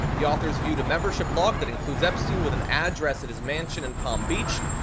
the author's viewed a membership log that includes epstein with an address at his mansion in palm beach.